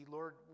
Lord